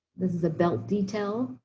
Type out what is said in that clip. this is a belt detail.